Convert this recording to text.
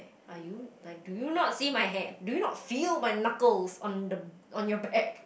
are you like do you not see my hand do you not feel my knuckles on the on your back